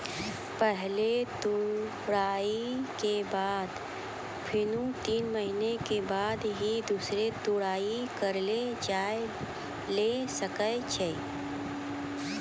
पहलो तुड़ाई के बाद फेनू तीन महीना के बाद ही दूसरो तुड़ाई करलो जाय ल सकै छो